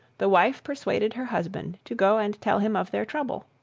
the wife persuaded her husband to go and tell him of their trouble.